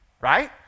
right